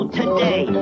today